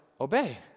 obey